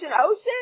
Ocean